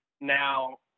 Now